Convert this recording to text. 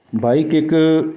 bike ਇੱਕ